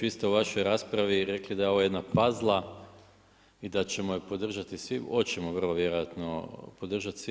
Vi ste u vašoj raspravi rekli da je ovo jedna puzzla i da ćemo je podržati svi, hoćemo vrlo vjerojatno podržati svi.